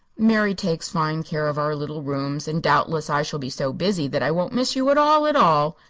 mary takes fine care of our little rooms, and doubtless i shall be so busy that i won't miss you at all, at all.